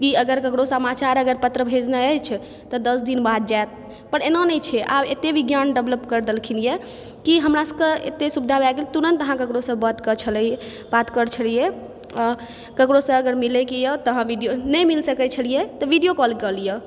कि अगर समाचार ककरो अगर भेजनाइ अछि तऽ दस दिन बाद जाएत पर एना नहि छै आब एते विज्ञान डेवलप कर देलखिन हँ कि हमरा सभके एते सुविधा भए गेल तुरत अहाँ ककरोसँ बात करै छलियै यऽ ककरो से अगर मिलयके यऽ तऽ अहाँ नहि मिल सकै छलियै तऽ वीडियो कॉल कऽ लिअ